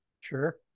sure